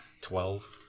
Twelve